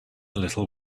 little